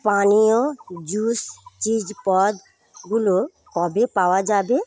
পানীয় juice cheese পদগুলো কবে পাওয়া যাবে